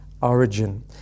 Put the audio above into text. origin